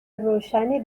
روشنی